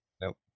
Nope